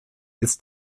ist